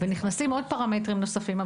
ונכנסים עוד פרמטרים נוספים,